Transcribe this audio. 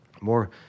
more